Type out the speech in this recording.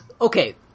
Okay